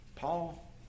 Paul